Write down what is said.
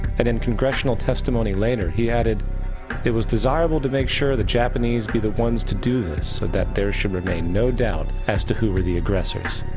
and in congressional testimony later he added it was desirable to make sure the japanese be the ones to do this so that there should remain no doubt as to who were the aggressors.